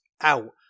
out